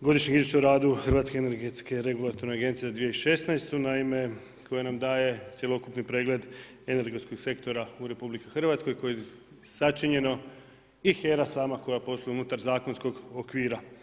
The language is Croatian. godišnjeg izvješća o radu Hrvatske energetske regulatorne agencije za 2016. koja nam daje cjelokupni pregled energetskog sektora u RH, koji je sačinjeno i HERA sama koja posluje unutar zakonskog okvira.